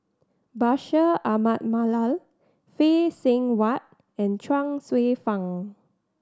Bashir Ahmad Mallal Phay Seng Whatt and Chuang Hsueh Fang